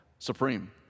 supreme